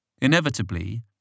Inevitably